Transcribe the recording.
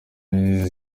niyo